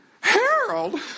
Harold